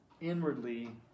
inwardly